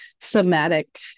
Somatic